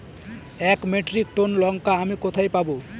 এক metric ton লঙ্কা আমি কোথায় পাবো?